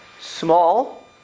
small